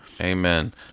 Amen